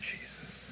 Jesus